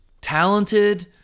talented